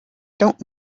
don’t